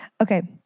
Okay